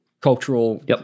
cultural